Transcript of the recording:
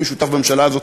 אם הוא שותף בממשלה הזאת,